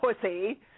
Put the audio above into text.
pussy